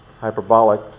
hyperbolic